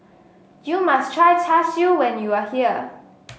you must try Char Siu when you are here